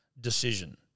decision